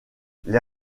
les